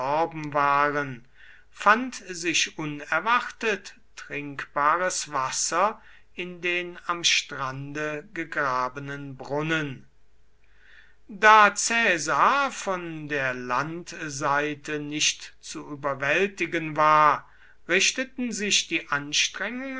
waren fand sich unerwartet trinkbares wasser in den am strande gegrabenen brunnen da caesar von der landseite nicht zu überwältigen war richteten sich die anstrengungen